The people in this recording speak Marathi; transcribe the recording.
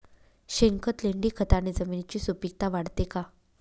शेणखत, लेंडीखताने जमिनीची सुपिकता वाढते का?